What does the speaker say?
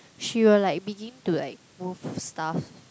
she would like begin to like move stuff